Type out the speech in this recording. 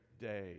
day